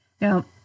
Now